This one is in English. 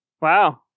Wow